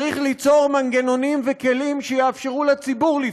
צריך ליצור מנגנונים וכלים שיאפשרו לציבור לפעול.